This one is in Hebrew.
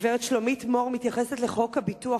גברת שלומית מור מתייחסת לחוק הביטוח